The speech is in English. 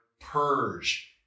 purge